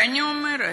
ואני אומרת,